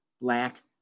black